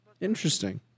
Interesting